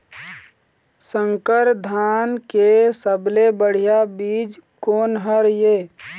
संकर धान के सबले बढ़िया बीज कोन हर ये?